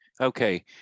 Okay